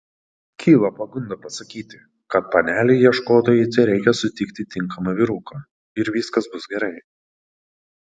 kyla pagunda pasakyti kad panelei ieškotojai tereikia sutikti tinkamą vyruką ir viskas bus gerai